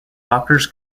rockers